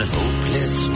hopeless